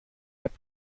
app